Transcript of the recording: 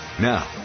Now